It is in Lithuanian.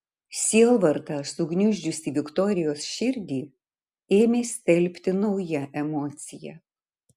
sielvartą sugniuždžiusį viktorijos širdį ėmė stelbti nauja emocija